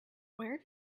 where